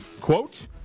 quote